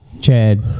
chad